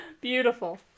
Beautiful